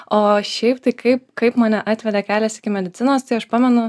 o šiaip tai kaip kaip mane atvedė kelias iki medicinos tai aš pamenu